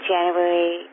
January